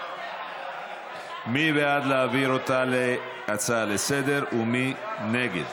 מי בעד להעביר אותה כהצעה לסדר-היום ומי נגד?